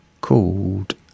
called